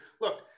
look